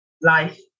Life